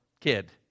kid